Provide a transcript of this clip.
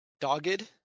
Dogged